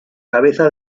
cabeza